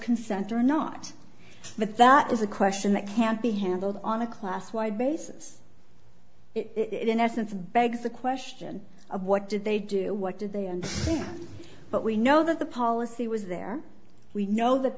consent or not but that is a question that can't be handled on a class wide basis it in essence begs the question of what did they do what did they and but we know that the policy was there we know that